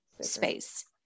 space